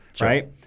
right